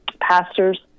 pastors